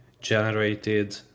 generated